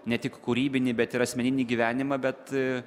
ne tik kūrybinį bet ir asmeninį gyvenimą bet